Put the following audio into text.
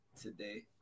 today